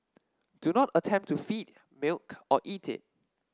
do not attempt to feed milk or eat it